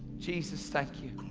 jesus, thank you.